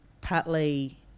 partly